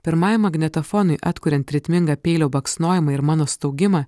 pirmajam magnetofonui atkuriant ritmingą peilio baksnojimą ir mano staugimą